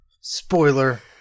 Spoiler